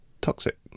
toxic